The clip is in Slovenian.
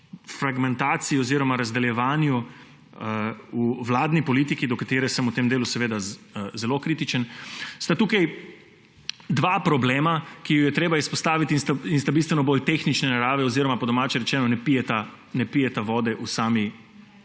oziroma razdeljevanju v vladni politiki, do katere sem v tem delu zelo kritičen, sta tukaj dva problema, ki ju je treba izpostaviti in sta bistveno bolj tehnične narave oziroma, po domače rečeno, ne pijeta vode v sami